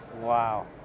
Wow